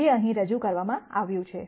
જે અહીં રજૂ કરવામાં આવ્યું છે